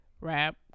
Rap